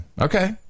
Okay